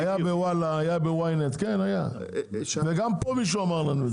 היה ב-Walla, היה ב-Ynet, וגם פה מישהו אמר לנו.